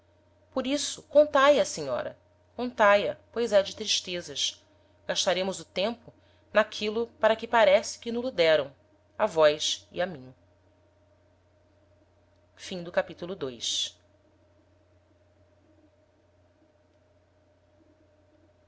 por isso contae a senhora contae a pois é de tristezas gastaremos o tempo n'aquilo para que parece que no-lo deram a vós e a mim capitulo